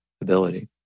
ability